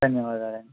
ధన్యవాదాలండి